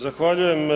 Zahvaljujem.